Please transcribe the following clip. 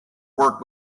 work